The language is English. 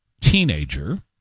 teenager